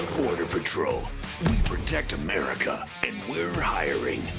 border patrol. we protect america. and we're hiring.